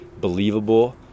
believable